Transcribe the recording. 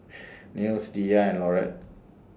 Nels Diya and Laurette